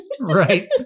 Right